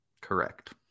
Correct